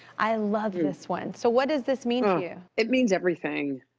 i love this one. so what does this mean to you? it means everything.